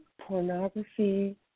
pornography